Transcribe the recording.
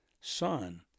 son